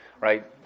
right